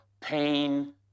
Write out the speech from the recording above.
pain